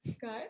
good